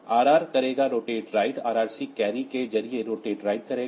RR करेगा rotate right RRC carry के जरिए रोटेट राइट करेगा